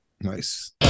Nice